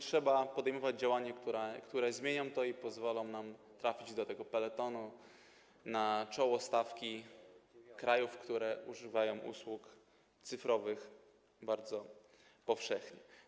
Trzeba podejmować działania, które zmienią to i pozwolą nam dołączyć do tego peletonu, na czoło stawki krajów, które używają usług cyfrowych bardzo powszechnie.